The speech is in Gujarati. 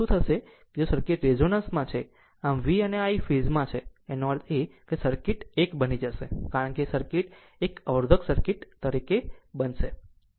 જો સર્કિટ એક રેઝોનન્સ છે આમ V અને Iફેઝ માં છે એનો અર્થ એ કે તે સર્કિટ એક બની જશે કારણ કે તે કંઈક એક અવરોધક સર્કિટ અવરોધ સમાન છે